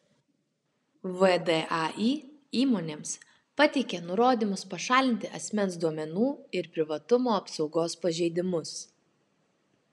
vdai įmonėms pateikė nurodymus pašalinti asmens duomenų ir privatumo apsaugos pažeidimus